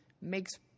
makes